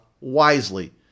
wisely